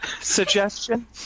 suggestion